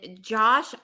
Josh